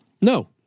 No